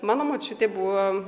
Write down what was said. mano močiutė buvo